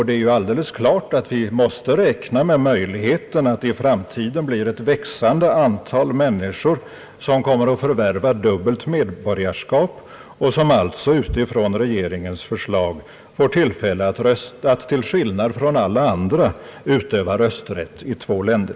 Det är ju alldeles klart att vi måste räkna med möjligheten att i framtiden ett växande antal människor kommer att förvärva dubbelt medborgarskap och alltså enligt regeringens förslag får tillfälle att till skillnad från alla andra utöva rösträtt i två länder.